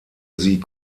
sie